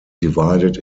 divided